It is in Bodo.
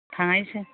थांनोसै